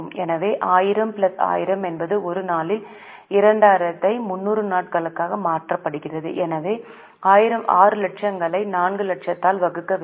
எனவே 1000 plus plus 1000 என்பது ஒரு நாளில் 2000 ஐ 300 நாட்களாக மாற்றுகிறது எனவே 6 லட்சங்களை 4 லட்சத்தால் வகுக்க வேண்டும்